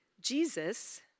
Jesus